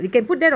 ya